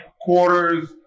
quarters